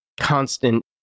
constant